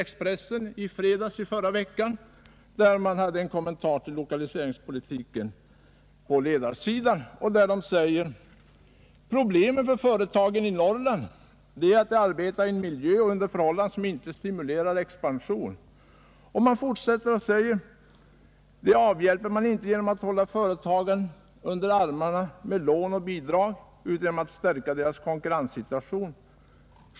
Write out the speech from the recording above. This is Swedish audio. Expressen gjorde i fredags i förra veckan på ledarsidan en kommentar till lokaliseringspolitiken och skrev bl.a.: ”Problemen för företagen i Norrland är att de arbetar i en miljö och under förhållanden som inte stimulerar expansion.” Och Expressen fortsätter: ”Det avhjälper man inte genom att hålla företagen under armarna med lån och bidrag utan genom att stärka deras konkurrenssituation.